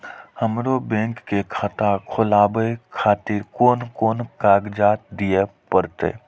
हमरो बैंक के खाता खोलाबे खातिर कोन कोन कागजात दीये परतें?